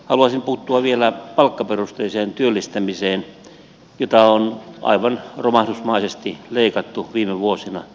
haluaisin puuttua vielä palkkaperusteiseen työllistämiseen jota on aivan romahdusmaisesti leikattu viime vuosina